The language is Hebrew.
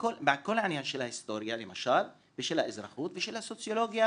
בכל העניין של ההיסטוריה ושל האזרחות ושל הסוציולוגיה,